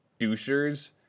douchers